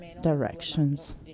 directions